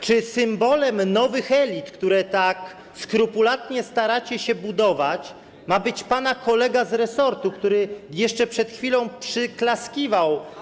Czy symbolem nowych elit, które tak skrupulatnie staracie się budować, ma być pana kolega z resortu, który jeszcze przed chwilą przyklaskiwał.